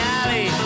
alley